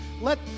Let